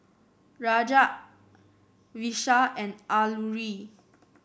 Raj Vishal and Alluri